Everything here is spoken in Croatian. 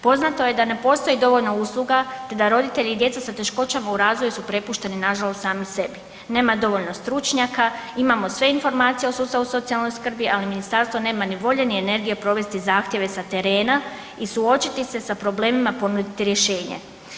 Poznato je da ne postoji dovoljno usluga te da roditelji djece sa teškoćama u razvoju su prepušteni nažalost sami sebi, nema dovoljno stručnjaka, imamo sve informacije o sustavu socijalne skrbi, ali ministarstvo nema ni volje ni energije provesti zahtjeve sa terena i suočiti se sa problemima i ponuditi rješenje.